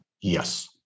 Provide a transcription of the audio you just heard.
yes